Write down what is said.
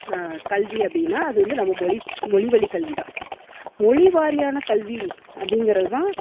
கல்வி அப்படினா அது வந்து நம்ம மொழி மொழி வழிக் கல்வி தான் மொழிவாரியான கல்வி அப்படிங்கிறது தான்